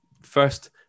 First